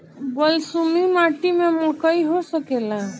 बलसूमी माटी में मकई हो सकेला?